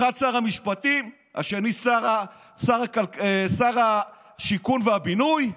אחד שר המשפטים, השני שר השיכון והבינוי,